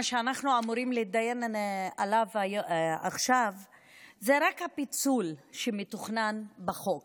מה שאנחנו אמורים להתדיין עליו עכשיו זה רק הפיצול שמתוכנן בחוק.